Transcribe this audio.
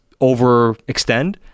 overextend